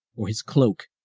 or his cloak,